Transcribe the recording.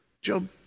Job